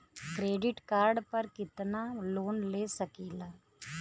Credit card पर कितनालोन ले सकीला?